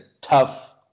tough